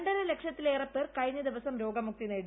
രണ്ടരലക്ഷത്തിലേറെപ്പേർ കഴിഞ്ഞ ദിവസം രോഗമുക്തി നേടി